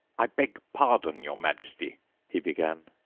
i beg pardon, your majesty he began,